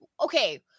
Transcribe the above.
okay